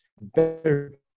better